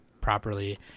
properly